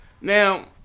Now